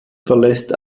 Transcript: verlässt